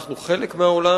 אנחנו חלק מהעולם,